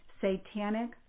satanic